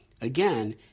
Again